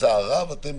בצער רב אתם